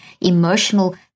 emotional